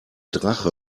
drache